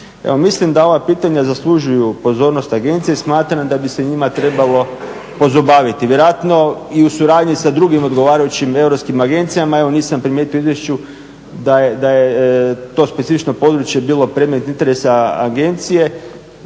mislim da ova pitanja zaslužuju pozornost agencije i smatram da bi se njima trebalo pozabaviti. Vjerojatno i u suradnji sa drugim odgovarajućim europskim agencijama, evo nisam primjetio u izvješću da je to specifično područje bilo predmet interesa agencije,